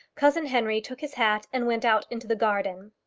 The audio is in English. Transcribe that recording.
cousin henry took his hat and went out into the garden.